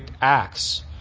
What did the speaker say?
acts